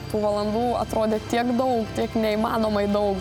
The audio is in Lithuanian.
tų valandų atrodė tiek daug tiek neįmanomai daug